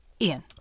Ian